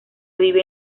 vive